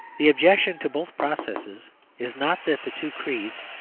the objection to both processes is not that the two creeds,